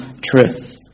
truth